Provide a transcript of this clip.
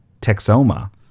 Texoma